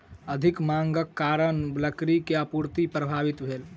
अधिक मांगक कारण लकड़ी के आपूर्ति प्रभावित भेल